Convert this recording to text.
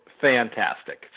fantastic